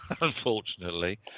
unfortunately